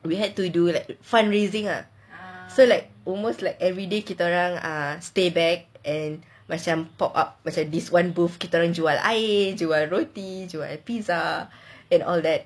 we had to do that fund raising lah so like almost like everyday kita orang stay back and macam pop up macam this one booth kita orang jual air jual roti jual pizza and all